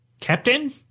Captain